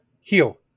heal